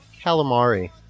Calamari